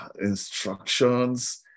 Instructions